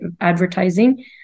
advertising